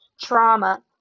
trauma